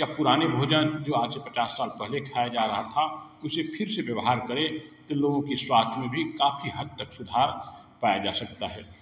या पुराने भोजन जो आज से पचास साल पहले खाया जा रहा था उसे फिर से व्यवहार करें तो लोगों की स्वास्थ्य में भी काफ़ी हद तक सुधार पाया जा सकता है